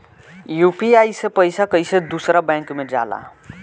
UPI से पैसा कैसे दूसरा बैंक मे जाला?